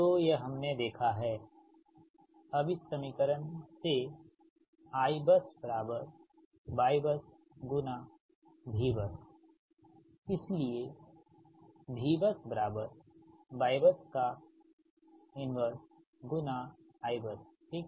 तो यह हमने देखा है अब इस समीकरण से IbusYbus Vbus इसलिएVbusYbus 1 Ibus ठीक